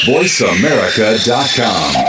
VoiceAmerica.com